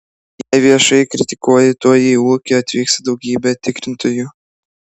jei viešai kritikuoji tuoj į ūkį atvyksta daugybė tikrintojų